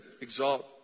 exalt